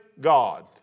God